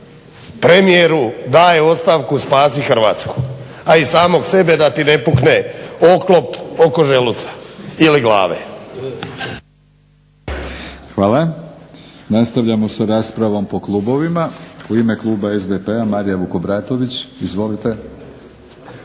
Premijeru daje ostavku spasi Hrvatsku, a i samog sebe da ti ne pukne oklop oko želuca ili glave. **Batinić, Milorad (HNS)** Hvala. Nastavljamo sa raspravom po klubovima. U ime kluba SDP-a Marija Vukobratović, izvolite.